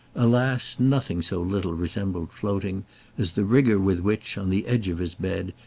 alas nothing so little resembled floating as the rigour with which, on the edge of his bed,